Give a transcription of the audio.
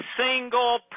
single